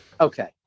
Okay